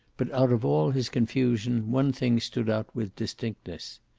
but out of all his confusion one thing stood out with distinctness.